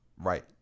right